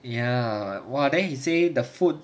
ya !wah! then he say the food